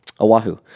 Oahu